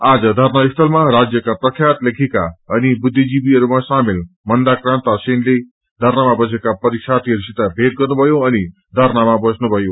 आज धरनासीलामा राज्यका प्रख्यात लेखिका अनि बुख्जिजीवीहरूमा सामेल मन्दाक्रान्ता सेनले धरनामा बसेका परीक्षार्थीहरूसित भगट गर्नुभयो अनि धरनामा बस्नुभयो